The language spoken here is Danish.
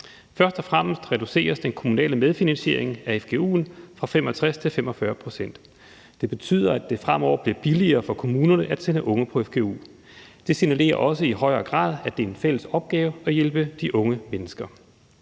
Først og fremmest reduceres den kommunale medfinansiering af fgu'en fra 65 til 45 pct. Det betyder, at det fremover bliver billigere for kommunerne at sende unge på fgu. Det signalerer også i højere grad, at det er en fælles opgave at hjælpe de unge mennesker.